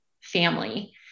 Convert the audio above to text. family